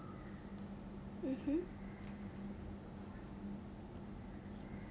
mmhmm